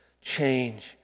change